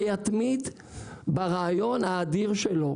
שיתמיד ברעיון האדיר שלו